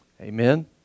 Amen